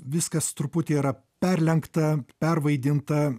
viskas truputį yra perlenkta pervaidinta